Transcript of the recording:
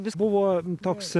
jis buvo toks